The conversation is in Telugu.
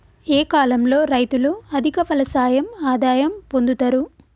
ఏ కాలం లో రైతులు అధిక ఫలసాయం ఆదాయం పొందుతరు?